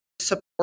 support